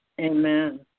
Amen